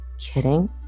kidding